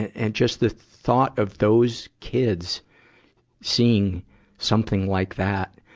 and just the thought of those kids seeing something like that,